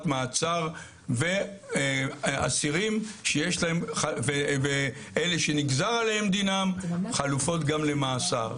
מעצר ואסירים ואלה שנגזר עליהם דינם חלופות גם למאסר.